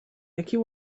jakie